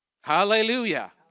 Hallelujah